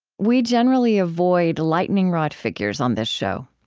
we generally avoid lightning rod figures on this show.